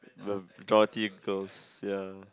the Dorothy girls ya